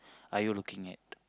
are you looking at